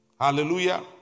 Hallelujah